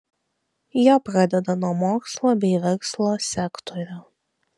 jie pradeda nuo mokslo bei verslo sektorių